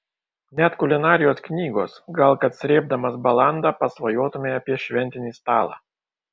net kulinarijos knygos gal kad srėbdamas balandą pasvajotumei apie šventinį stalą